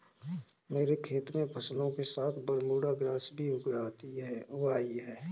मेरे खेत में फसलों के साथ बरमूडा ग्रास भी उग आई हैं